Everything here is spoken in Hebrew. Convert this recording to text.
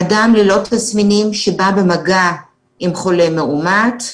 אדם ללא תסמינים שבא במגע עם חולה מאומת,